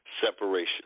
separation